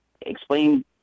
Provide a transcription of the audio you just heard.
Explain